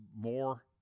more